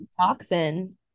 toxin